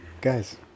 Guys